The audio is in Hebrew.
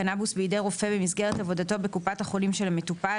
קנבוס בידי רופא במסגרת עבודתו בקופת החולים של המטופל,